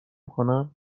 کنم